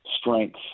strength